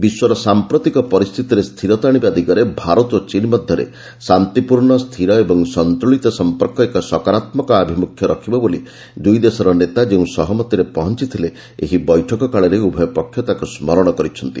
ବିଶ୍ୱର ସାମ୍ପ୍ରତିକ ପରିସ୍ଥିତିରେ ସ୍ଥିରତା ଆଣିବା ଦିଗରେ ଭାରତ ଓ ଚୀନ୍ ମଧ୍ୟରେ ଶାନ୍ତିପୂର୍ଣ୍ଣ ସ୍ଥିର ଏବଂ ସନ୍ତୁଳିତ ସମ୍ପର୍କ ଏକ ସକାରାତ୍ମକ ଆଭିମୁଖ୍ୟ ରଖିବ ବୋଲି ଦୁଇ ଦେଶର ନେତା ଯେଉଁ ସହମତିରେ ପହଞ୍ଚିଥିଲେ ଏହି ବୈଠକ କାଳରେ ଉଭୟ ପକ୍ଷ ତାକୁ ସ୍କରଣ କରିଛନ୍ତି